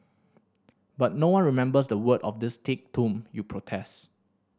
but no one remembers the words of this thick tome you protest